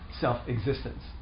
self-existence